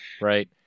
Right